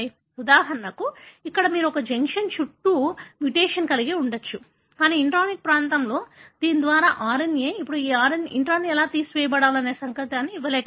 ఉదాహరణకు ఇక్కడ మీరు ఈ జంక్షన్ చుట్టూ మ్యుటేషన్ కలిగి ఉండవచ్చు కానీ ఇంట్రానిక్ ప్రాంతంలో దీని ద్వారా RNA ఇప్పుడు ఈ ఇంట్రాన్ తీసివేయబడాలి అనే సంకేతాన్ని ఇవ్వలేకపోయింది